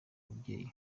ababyeyi